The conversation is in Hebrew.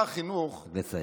נא לסיים.